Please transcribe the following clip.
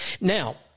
Now